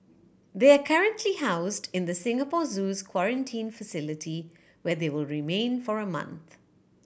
they are currently housed in the Singapore Zoo's quarantine facility where they will remain for a month